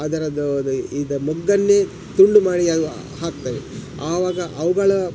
ಅದರದ್ದು ಅದು ಈಗ ಮೊಗ್ಗನ್ನೆ ತುಂಡು ಮಾಡಿ ಅದು ಹಾಕ್ತವೆ ಆವಾಗ ಅವುಗಳ